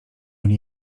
nie